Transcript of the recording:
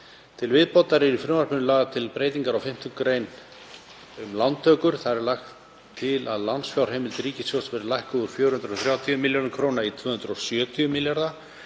Til viðbótar eru í frumvarpinu lagðar til breytingar á 5. gr. um lántökur. Þar er lagt til að lánsfjárheimild ríkissjóðs verði lækkuð úr 430 milljörðum kr. í 270 milljarða